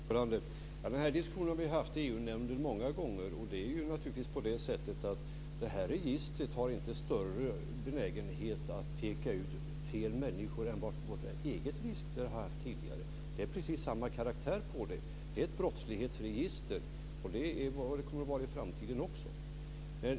Fru talman! Den här diskussionen har vi haft i EU-nämnden många gånger. Det här registret har naturligtvis inte större benägenhet att peka ut fel människor än vad vårt eget register har haft tidigare. Det är precis samma karaktär på det. Det är ett brottslighetsregister, och det är vad det kommer att vara i framtiden också.